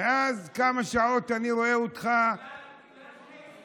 מאז כמה שעות אני רואה אותך, בגלל שתי סיבות.